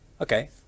Okay